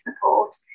support